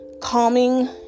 calming